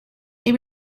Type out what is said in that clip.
they